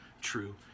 true